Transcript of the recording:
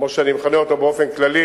כמו שאני מכנה אותו באופן כללי.